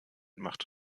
macht